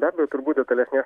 be abejo turbūt detalesnės